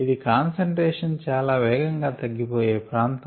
ఇది కాన్సంట్రేషన్ చాలా వేగంగా తగ్గిపోయే ప్రాంతం